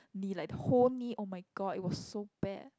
knee like the whole knee oh-my-god it was so bad